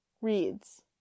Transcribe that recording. reads